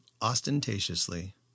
ostentatiously